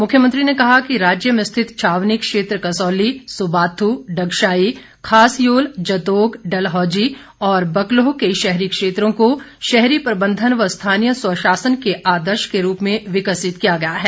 मुख्यमंत्री ने कहा कि राज्य में स्थित छावनी क्षेत्र कसौली सुबाथू डगशाई खास योल जतोग डलहौजी और बकलोह के शहरी क्षेत्रों को शहरी प्रबंधन व स्थानीय स्वशासन के आदर्श रूप में विकसित किया गया है